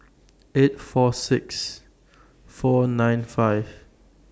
eight four six four nine five